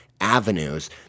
avenues